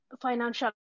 financial